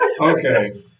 Okay